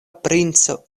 princo